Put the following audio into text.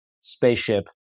spaceship